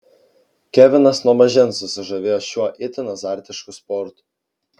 kevinas nuo mažens susižavėjo šiuo itin azartišku sportu